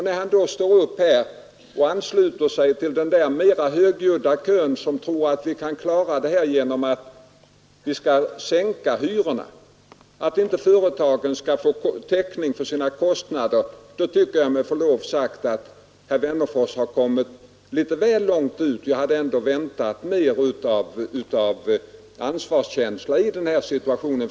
När han står upp här och ansluter sig till den mera högljudda kören som anser att vi kan klara problemen genom att sänka hyrorna — företagen skulle inte få täckning för sina kostnader — då tycker jag med förlov sagt att herr Wennerfors har gått litet väl långt. Jag hade ändå väntat mer av ansvarskänsla i den här situationen.